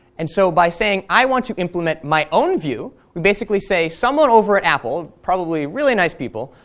and so by saying i want to implement my own view we basically say someone over at apple, probably really nice people,